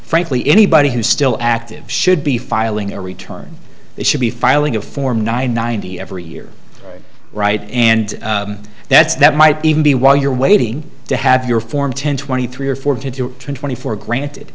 frankly anybody who still active should be filing a return they should be filing a form ninety every year right and that's that might even be while you're waiting to have your form ten twenty three or four to twenty four granted